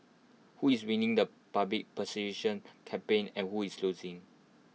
who is winning the public perception campaign and who is losing